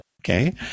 okay